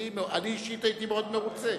אני אישית הייתי מאוד מרוצה,